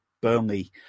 Burnley